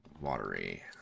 watery